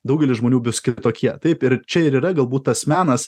daugelis žmonių bus kitokie taip ir čia ir yra galbūt tas menas